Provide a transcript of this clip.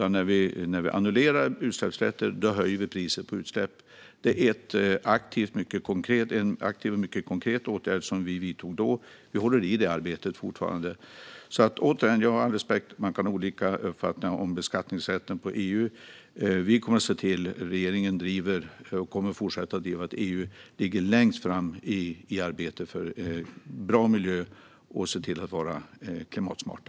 När vi annullerar utsläppsrätter höjer vi priset på utsläpp. Det är en aktiv och mycket konkret åtgärd som vi vidtog då. Vi håller fortfarande i det arbetet. Återigen: Jag har all respekt för att man kan ha olika uppfattningar om beskattningsrätten på EU-nivå. Regeringen driver och kommer att fortsätta att driva att EU ligger längst fram i arbetet för bra miljö och att vi ser till att vara klimatsmarta.